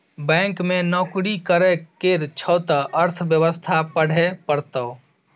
bank मे नौकरी करय केर छौ त अर्थव्यवस्था पढ़हे परतौ